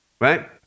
right